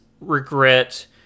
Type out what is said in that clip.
regret